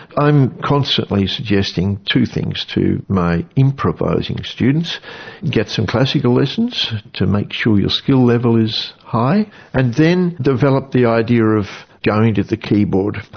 i'm constantly suggesting two things to my improvising students get some classical lessons to make sure your skill level is high and then develop the idea of going to the keyboard.